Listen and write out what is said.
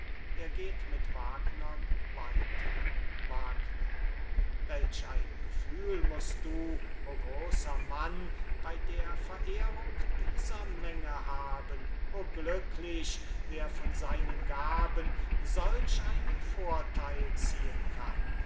er geht mit wagnern weiter welch ein gefühl mußt du o großer mann bey der verehrung dieser menge haben o glücklich wer von seinen gaben solch einen vortheil ziehen kann